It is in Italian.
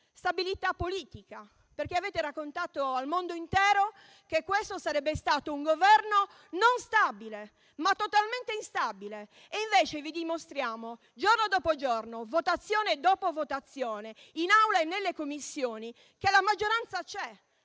stabilità, credibilità e crescita. Avete raccontato al mondo intero che questo sarebbe stato un Governo non stabile, ma totalmente instabile; e invece vi dimostriamo, giorno dopo giorno, votazione dopo votazione, in Aula e nelle Commissioni, che la maggioranza c'è.